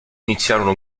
iniziarono